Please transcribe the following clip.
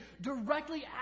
directly